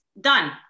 done